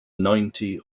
ninety